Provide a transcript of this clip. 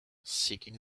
seeking